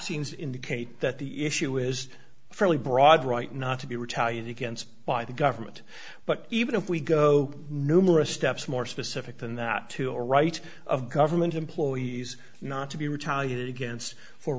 seems indicate that the issue is fairly broad right not to be retaliated against by the government but even if we go numerous steps more specific than that to a right of government employees not to be retaliated against for